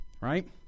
right